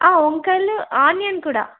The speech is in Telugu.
ఆ వంకాయలు ఆనియన్ కూడా